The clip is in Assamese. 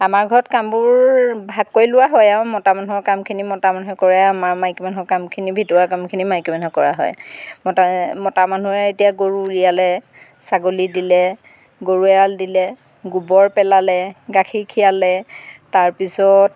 আমাৰ ঘৰত কামবোৰ ভাগ কৰি লোৱা হয় আৰু মতা মানুহৰ কামখিনি মতা মানুহে কৰে আমাৰ মাইকী মানুহৰ কামখিনি ভিতৰুৱা কামখিনি মাইকী মানুহে কৰা হয় মতা মতা মানুহে এতিয়া গৰু উলিয়ালে ছাগলী দিলে গৰু এৰাল দিলে গোবৰ পেলালে গাখীৰ খিৰালে তাৰপিছত